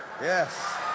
Yes